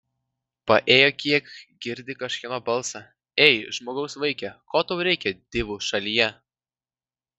paėjo kiek girdi kažkieno balsą ei žmogaus vaike ko tau reikia divų šalyje